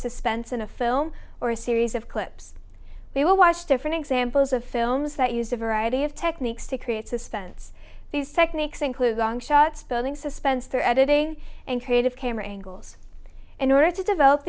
suspense in a film or a series of clips we will watch different examples of films that use a variety of techniques to create suspense these techniques include long shots building suspense there editing and creative camera angles in order to develop